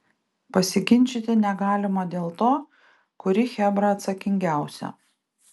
pasiginčyti negalima dėl to kuri chebra atsakingiausia